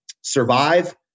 Survive